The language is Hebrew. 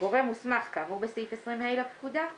גורם מוסמך כאמור בסעיף 20ה לפקודה,